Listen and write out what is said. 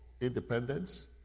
independence